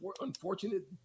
unfortunate